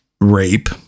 rape